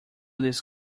this